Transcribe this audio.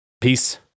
peace